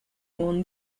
won